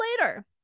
later